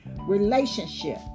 relationship